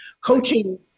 coaching